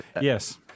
Yes